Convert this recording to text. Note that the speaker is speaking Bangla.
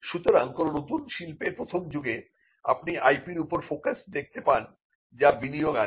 সুতরাং কোন নতুন শিল্পের প্রথম যুগে আপনি IP র উপর ফোকাস দেখতে পান যা বিনিয়োগ আনে